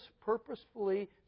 purposefully